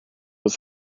was